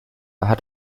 hat